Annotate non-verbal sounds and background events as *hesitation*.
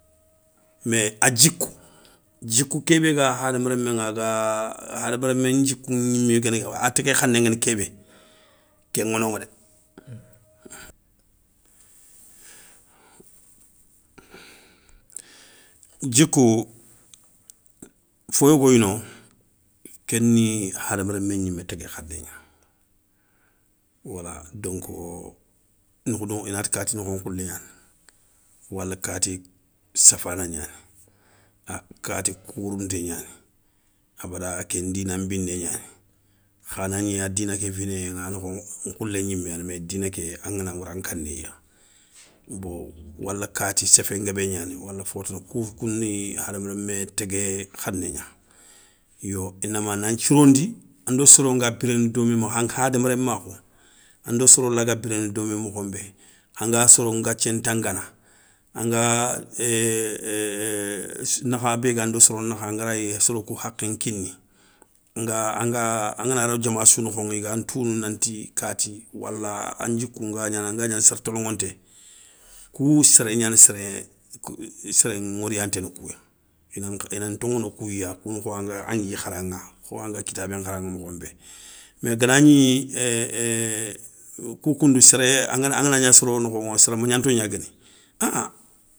Mé a djikou, djikou ké bé ga hadama rémmé ŋa a ga, hadama rémé ndjikou gnimé, guéni a tégué khané nguéni kébé kéŋa noŋa dé, djikou foyogoy no kéni hadama rémé gnimé tégué khané gna. Wala donko noukhoudou inati kati nokho nkhoulé gnani, wala kati séfana gnani, é kati kourounté gnani, abada a ken dina nbiné gnani, kha nagni a dina ké finéyéŋa a nokho nkhoulé gnimé yani mais dina ké angana wori an kanéya bon, wala kati séfé nguébé gnani wala fo tana kou kouni, hadama rémé tégué khanégna. Yo inama nan thirondi ando soro nga biréné domé mokho nbé hadama rémakhou, ando soro laga biréné domé mokho nbé, anga soro ngathié ntangana, anga *hesitation* nakha bé gando soro nakha angarayi soro kou hakhé nkini. Anga anga angana ro diama sou nokhoŋa i gan tounou nanti, kati wala an djikou nga gnana anga gnana séré toloŋonté. Kou séré gnana séré séré ŋorienténé kouya, i nan toŋono kouya, kounakho angui kharaŋa, kho anga kitabé nkharaŋa mokho nbé. Mais ganagni *hesitation* kou koundou séré angana gna soro nokhoŋa séré magnanto gna guéni a an.